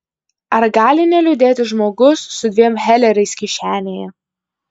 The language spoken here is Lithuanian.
ar gali neliūdėti žmogus su dviem heleriais kišenėje